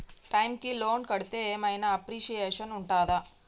Time కి loan కడ్తే ఏం ఐనా అప్రిషియేషన్ ఉంటదా?